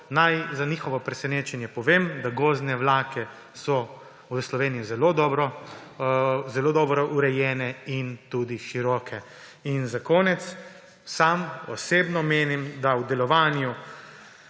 Naj za njihovo presenečenje povem, da gozdne vlake so v Sloveniji zelo dobro urejene in tudi široke. Za konec. Sam osebno menim, da v delovanju,